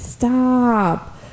stop